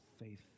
faith